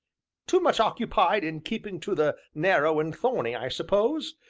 too much occupied in keeping to the narrow and thorny, i suppose?